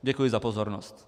Děkuji za pozornost.